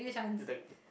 you take